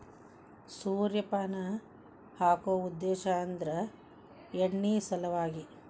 ಸೂರ್ಯಪಾನ ಹಾಕು ಉದ್ದೇಶ ಅಂದ್ರ ಎಣ್ಣಿ ಸಲವಾಗಿ